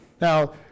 Now